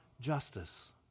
justice